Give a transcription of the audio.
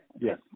Yes